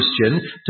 Christian